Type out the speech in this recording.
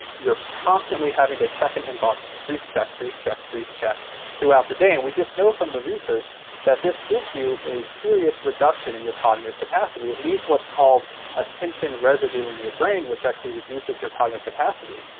constantly having to check an inbox brief check, brief check, brief check throughout the day, and we just know from the research that this gives you a serious reduction in your cognitive capacity. it leaves what's called attention residue in your brain which actually reduces your cognitive capacity.